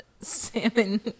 salmon